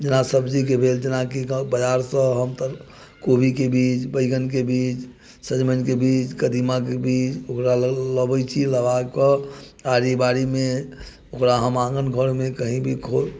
जेना सब्जी के भेल जेनाकि बजार से हमसब कोबी के बीज बैंगन के बीज सजमनि के बीज कदिमा के बीज ओकरा लऽ लाबै छी लाके आरी बारी मे ओकरा हम आँगन घर मे कही भी